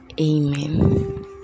Amen